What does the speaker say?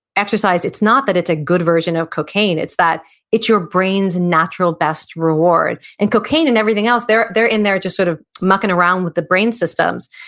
exercise, it's not that it's a good version of cocaine, it's that it's your brain's natural best reward. and cocaine and everything else, they're they're in there just sort of mucking around with the brain systems,